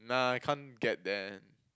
nah I can't get them